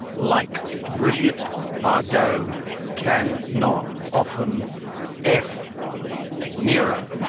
like brigitte bardot can not often f nero.